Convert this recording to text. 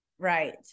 right